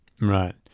right